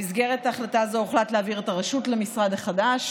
במסגרת החלטה זו הוחלט להעביר את הרשות למשרד החדש